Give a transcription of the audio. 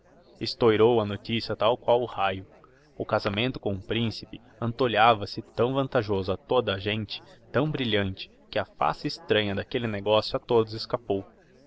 estoirou a noticia tal qual o raio o casamento com o principe antolhava se tão vantajoso a toda a gente tão brilhante que a face extranha d'aquelle negocio a todos escapou